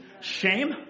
shame